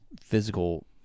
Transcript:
physical